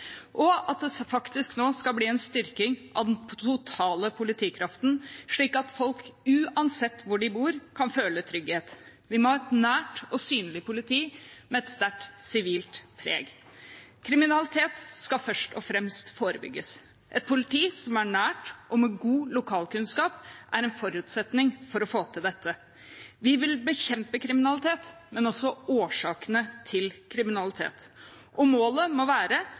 det faktisk bli en styrking av den totale politikraften, slik at folk – uansett hvor de bor – kan føle trygghet. Vi må ha et nært og synlig politi med et sterkt sivilt preg. Kriminalitet skal først og fremst forebygges. Et politi som er nært og har god lokalkunnskap, er en forutsetning for å få til dette. Vi vil bekjempe kriminalitet, men også årsakene til kriminalitet. Målet må være